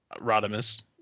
Rodimus